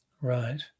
Right